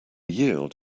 yield